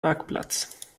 marktplatz